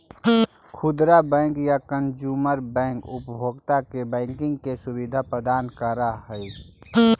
खुदरा बैंक या consumer bank उपभोक्ता के बैंकिंग के सुविधा प्रदान करऽ हइ